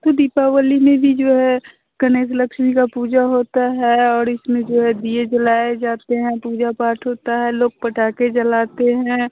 तो दीपावली में भी जो है गणेश लक्ष्मी का पूजा होता है और इसमें जो है दीए जलाए जाते हैं पूजा पाठ होता है लोग पटाखे जलाते हैं